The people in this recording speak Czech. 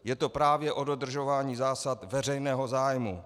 Je to právě o dodržování zásad veřejného zájmu.